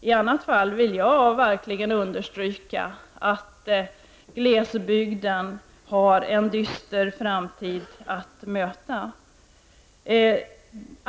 I annat fall — det vill jag verkligen understryka — går glesbygden en dyster framtid till mötes.